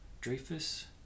Dreyfus